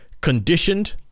conditioned